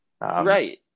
Right